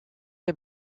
der